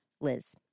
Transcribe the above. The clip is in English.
Liz